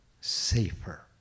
safer